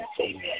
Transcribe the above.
Amen